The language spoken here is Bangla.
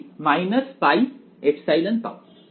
তুমি πε পাও